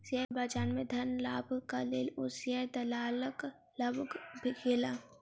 share बजार में धन लाभक लेल ओ शेयर दलालक लग गेला